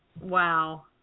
wow